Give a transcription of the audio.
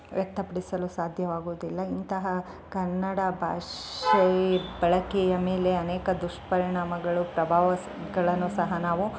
ವ್ಯಕ್ತಪಡಿಸಲು ಸಾಧ್ಯವಾಗುವುದಿಲ್ಲ ಇಂತಹ ಕನ್ನಡ ಭಾಷೆ ಬಳಕೆಯ ಮೇಲೆ ಅನೇಕ ದುಷ್ಪರಿಣಾಮಗಳು ಪ್ರಭಾವ ಸಹ ಗಳನ್ನು ಸಹ ನಾವು